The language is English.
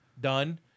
done